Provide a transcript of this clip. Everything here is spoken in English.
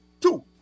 Two